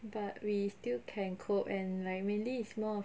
but we still can cope and like mainly is more of